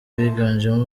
biganjemo